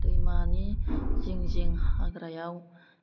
दैमानि जिं जिं हाग्रायाव